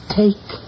take